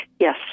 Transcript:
Yes